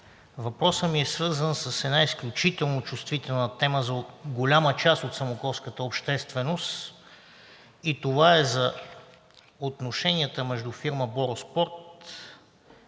въпросът ми е свързан с една изключително чувствителна тема за голяма част от самоковската общественост. Тя е за отношенията между фирма „Бороспорт“ и